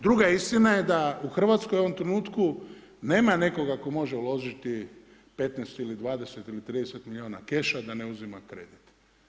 Druga istina je da je u Hrvatskoj u ovom trenutku nema nekoga tko može uložiti 15 ili 20 ili 30 milijuna keša da ne uzima kredit.